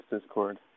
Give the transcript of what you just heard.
Discord